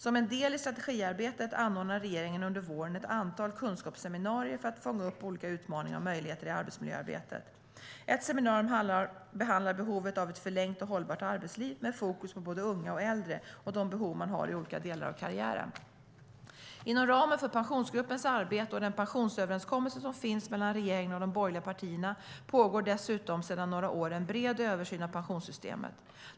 Som en del i strategiarbetet anordnar regeringen under våren ett antal kunskapsseminarier för att fånga upp olika utmaningar och möjligheter i arbetsmiljöarbetet. Ett seminarium behandlar behovet av ett förlängt och hållbart arbetsliv, med fokus både på unga och äldre och de behov man har i olika delar av karriären. Inom ramen för Pensionsgruppens arbete och den pensionsöverenskommelse som finns mellan regeringen och de borgerliga partierna pågår dessutom sedan några år en bred översyn av pensionssystemet.